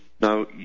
Now